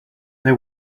they